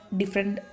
different